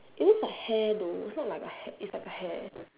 it looks like hair though it's not like a hat it's like hair